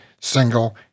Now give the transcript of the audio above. single